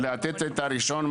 זה לתת את הרישיון,